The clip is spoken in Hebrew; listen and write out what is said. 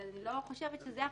אני חושב שיותר